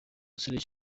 serge